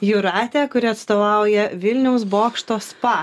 jūratę kuri atstovauja vilniaus bokšto spa